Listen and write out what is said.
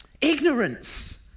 Ignorance